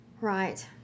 Right